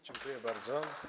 Dziękuję bardzo.